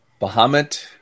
Bahamut